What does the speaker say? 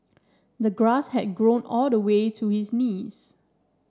the grass had grown all the way to his knees